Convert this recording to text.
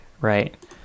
right